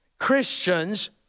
Christians